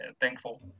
thankful